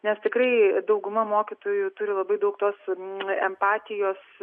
nes tikrai dauguma mokytojų turi labai daug tos empatijos